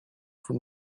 from